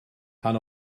pan